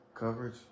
coverage